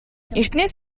эртнээс